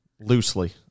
loosely